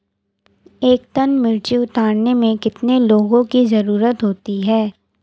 एक टन मिर्ची उतारने में कितने लोगों की ज़रुरत होती है?